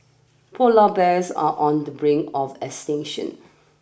polar bears are on the brink of extinction